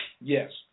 yes